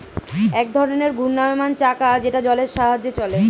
এক ধরনের ঘূর্ণায়মান চাকা যেটা জলের সাহায্যে চলে